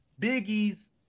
Biggie's